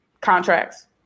contracts